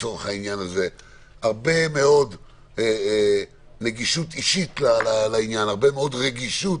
הרבה מאוד נגישות אישית לעניין, הרבה מאוד רגישות